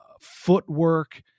footwork